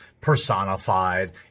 personified